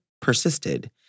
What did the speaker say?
persisted